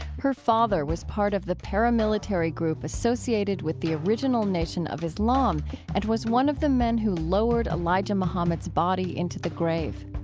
her father was part of the paramilitary group associated with the original nation of islam and was one of the men who lowered elijah muhammad's body into the grave.